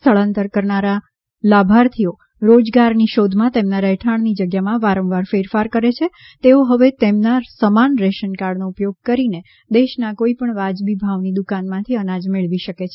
સ્થળાંતર કરનારા લાભાર્થીઓ રોજગારની શોધમાં તેમના રહેઠાણની જગ્યામાં વારંવાર ફેરફાર કરે છે તેઓ હવે તેમના સમાન રેશનકાર્ડનો ઉપયોગ કરીને દેશના કોઈપણ વાજબી ભાવની દુકાનમાંથી અનાજ મેળવી શકશે